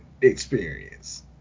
experience